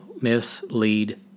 mislead